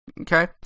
Okay